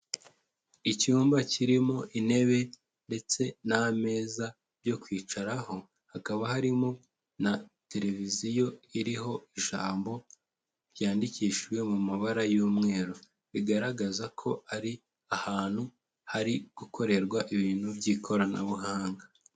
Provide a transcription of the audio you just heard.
Icyumba kirimo intebe, ndetse n'ameza byo kwicaraho, hakaba harimo na televiziyo iriho ijambo ryandikishijwe mu mabara y'umweru, bigaragaza ko ari ahantu hari gukorerwa ibintu by'ikoranabuhanga.